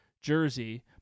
jersey